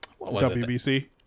WBC